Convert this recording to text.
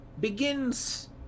begins